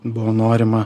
buvo norima